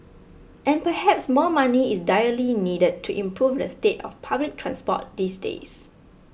and perhaps more money is direly needed to improve the state of public transport these days